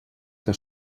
que